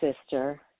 sister